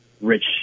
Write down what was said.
rich